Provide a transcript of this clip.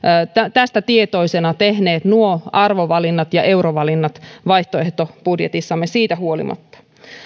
tästä tietoisena tehneet nuo arvovalinnat ja eurovalinnat vaihtoehtobudjetissamme siitä huolimatta